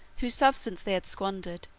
whose substance they had squandered,